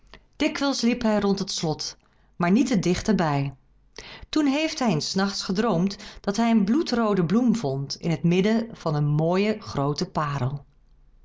dikwijls liep hij rond het slot maar niet te dicht er bij toen heeft hij eens s nachts gedroomd dat hij een bloedroode bloem vond in het midden was een mooie groote parel